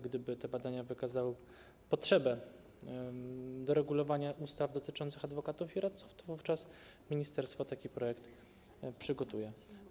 Gdyby te badania wykazały potrzebę, jeśli chodzi o regulowanie ustaw dotyczących adwokatów i radców, wówczas ministerstwo taki projekt przygotuje.